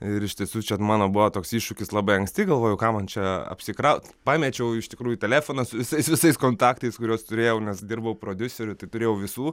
ir iš tiesų čia mano buvo toks iššūkis labai anksti galvoju kam man čia apsikraut pamečiau iš tikrųjų telefoną su visais visais kontaktais kuriuos turėjau nes dirbau prodiuseriu tai turėjau visų